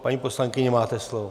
Paní poslankyně, máte slovo.